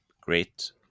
great